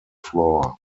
floor